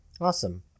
Awesome